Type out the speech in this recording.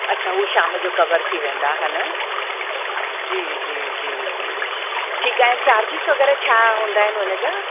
अच्छा हू शाम जो कवर थी वेंदा हे न जी जी जी जी ठीकु आहे चार्जिस वग़ैरह छा हूंदा आहिनि हुन जा